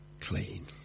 clean